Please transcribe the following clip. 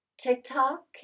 TikTok